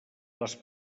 les